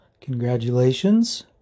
Congratulations